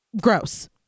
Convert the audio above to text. gross